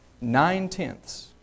Nine-tenths